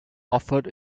offered